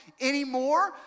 anymore